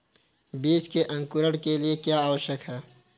बीज के अंकुरण के लिए क्या आवश्यक है?